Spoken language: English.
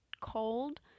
cold